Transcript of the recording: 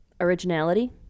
originality